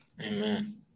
Amen